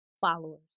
followers